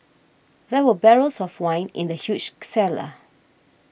there were barrels of wine in the huge cellar